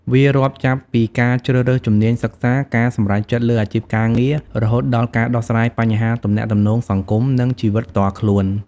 វារាប់ចាប់ពីការជ្រើសរើសជំនាញសិក្សា ការសម្រេចចិត្តលើអាជីពការងារ រហូតដល់ការដោះស្រាយបញ្ហាទំនាក់ទំនងសង្គម និងជីវិតផ្ទាល់ខ្លួន។